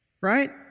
Right